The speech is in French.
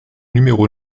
numéro